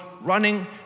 running